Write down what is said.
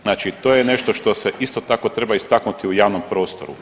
Znači to je nešto što se isto tako treba istaknuti u javnom prostoru.